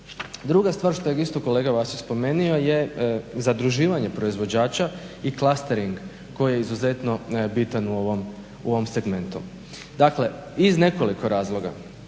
Druga stvar, što je isto kolega Vasić spomenuo je zadruživanje proizvođača i clastering koji je izuzetno bitan u ovom segmentu. Dakle, iz nekoliko razloga,